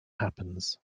happens